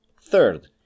Third